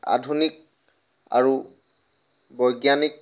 আধুনিক আৰু বৈজ্ঞানিক